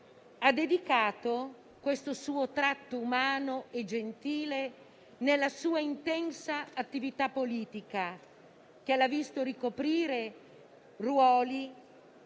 Ha dedicato il suo tratto umano e gentile alla sua intensa attività politica, che l'ha visto ricoprire ruoli